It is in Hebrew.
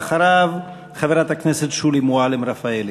ואחריו, חברת הכנסת שולי מועלם-רפאלי.